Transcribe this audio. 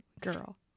girl